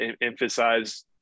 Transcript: emphasize